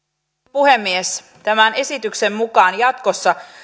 puhemies tämän esityksen mukaan jatkossa